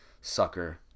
sucker